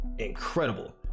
incredible